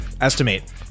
Estimate